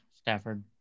Stafford